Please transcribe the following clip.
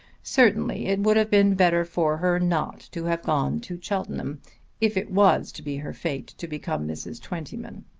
certainly it would have been better for her not to have gone to cheltenham if it was to be her fate to become mrs. twentyman.